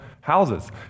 houses